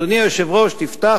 אדוני היושב-ראש, תפתח